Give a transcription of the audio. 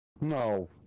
No